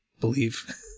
believe